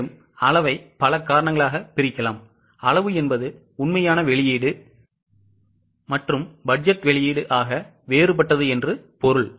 மேலும் அளவை பல காரணங்களாக பிரிக்கலாம் அளவு என்பது உண்மையான வெளியீடு மற்றும் பட்ஜெட் வெளியீடு ஆக வேறுபட்டது என்று பொருள்